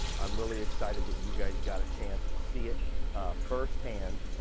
i'm really excited that you guys got a chance to see it first-hand,